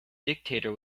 dictator